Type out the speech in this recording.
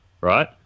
Right